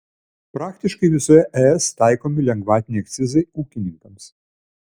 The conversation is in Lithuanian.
praktiškai visoje es taikomi lengvatiniai akcizai ūkininkams